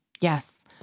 Yes